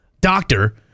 doctor